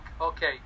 okay